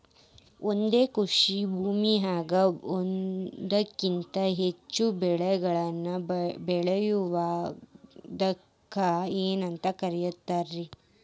ಒಂದೇ ಕೃಷಿ ಭೂಮಿಯಾಗ ಒಂದಕ್ಕಿಂತ ಹೆಚ್ಚು ಬೆಳೆಗಳನ್ನ ಬೆಳೆಯುವುದಕ್ಕ ಏನಂತ ಕರಿತಾರಿ?